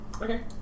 okay